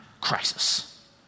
crisis